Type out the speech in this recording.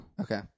Okay